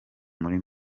muri